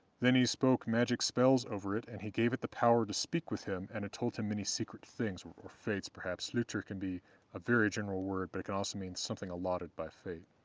then he spoke magic spells over it, and he gave it the power to speak with him, and it told him many secret things, or or fates perhaps hlutr can be a very general word, but it can also mean something allotted by fate.